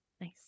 Nice